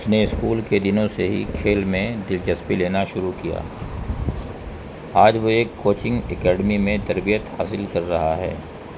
اس نے اسکول کے دنوں سے ہی کھیل میں دلچسپی لینا شروع کیا آج وہ ایک کوچنگ اکیڈمی میں تربیت حاصل کر رہا ہے